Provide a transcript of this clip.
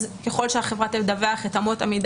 אז ככל שהחברה תדווח את אמות המידה